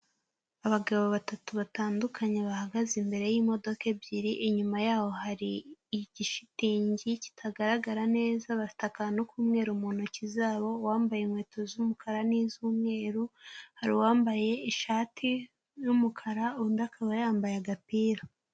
Abagabo batatu batandukanye bahagaze imbere y'modoka ebyiri, inyuma yabo hari igishitingi kitagaragara neza. Bafite akantu k'umweru mu ntoki zabo, uwambaye inkweto z'umukara n'iz'umweru; hari uwambaye ishati y'umukara, undi akaba yambaye agapira.